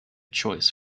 choice